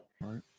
Right